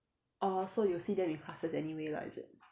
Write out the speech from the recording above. orh so you see them in classes anyway lah is it